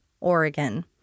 Oregon